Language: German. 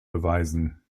beweisen